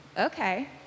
okay